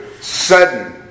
Sudden